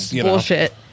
bullshit